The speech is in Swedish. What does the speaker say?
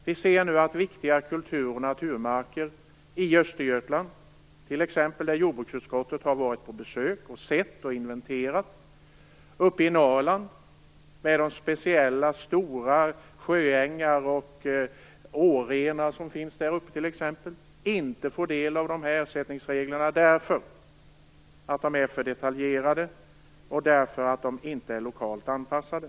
Vi ser nu att viktiga kultur och naturmarker i t.ex. Östergötland - där jordbruksutskottet har varit på besök och inventerat - och i Norrland - med sina speciella stora sjöängar m.m. - inte får del av dessa ersättningar, på grund av att reglerna är för detaljerade och inte lokalt anpassade.